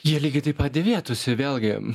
jie lygiai taip pat dėvėtųsi vėlgi